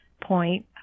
point